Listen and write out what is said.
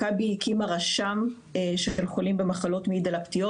מכבי הקימה רשם של חולים במחלות מעי דלקתיות.